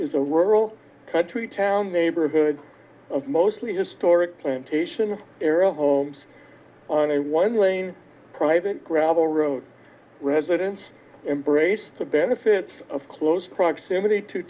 is a rural country town neighborhood of mostly historic plantation era homes on a one lane private gravel road residents embraced the benefits of close proximity to